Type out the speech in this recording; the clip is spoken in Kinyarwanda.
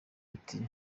ati